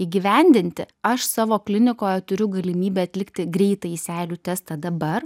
įgyvendinti aš savo klinikoje turiu galimybę atlikti greitąjį seilių testą dabar